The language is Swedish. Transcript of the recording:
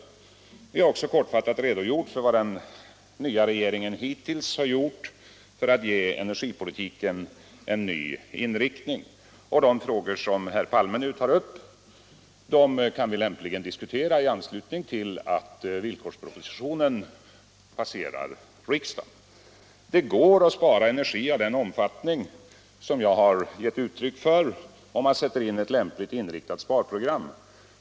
Vi har också kortfattat redogjort för vad den nya regeringen hittills har uträttat för att ge energipolitiken en ny inriktning. De frågor herr Palme nu tar upp kan vi lämpligen diskutera i anslutning till att villkorspropositionen passerar riksdagen. Det går att spara energi i den omfattning jag har gett uttryck för, om man sätter in ett lämpligt inriktat sparprogram.